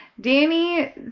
Danny